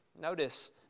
Notice